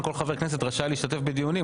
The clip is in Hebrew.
כל חבר כנסת רשאי להשתתף בדיונים.